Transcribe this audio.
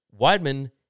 Weidman